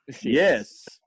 yes